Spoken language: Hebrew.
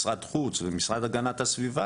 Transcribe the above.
משרד החוץ והמשרד להגנת הסביבה,